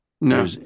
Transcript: No